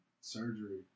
surgery